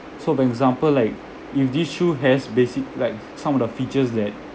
so for example like if this shoe has basic like some of the features that